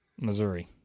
Missouri